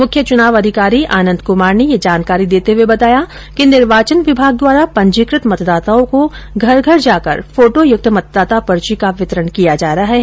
मुख्य चुनाव अधिकारी आनंद कुमार ने बताया कि निर्वाचन विभाग द्वारा पंजीकृत मतदाताओं को घर घर जाकर फोटोयुक्त मतदाता पर्ची का वितरण किया जा रहा है